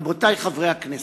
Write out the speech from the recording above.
רבותי חברי הכנסת,